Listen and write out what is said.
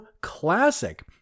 classic